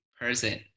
person